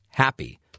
Happy